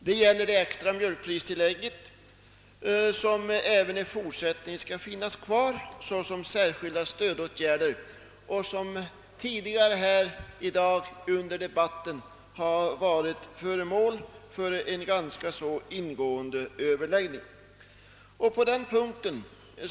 Det gäller det extra mjölkpristillägget, som även i fortsättningen skall finnas kvar såsom särskild stödåtgärd och som tidigare i dag under debatten har varit föremål för ganska ingående överläggning.